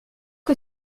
que